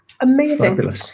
amazing